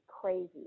crazy